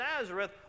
Nazareth